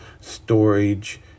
storage